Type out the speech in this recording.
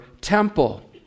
temple